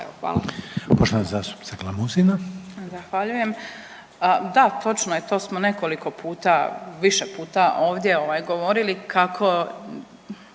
hvala.